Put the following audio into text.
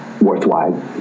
worthwhile